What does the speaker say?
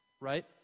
right